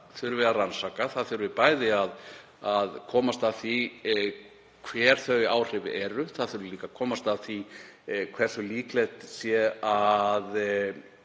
þurfi að rannsaka, bæði þurfi að komast að því hver þau áhrif eru og líka að komast að því hversu líklegt sé að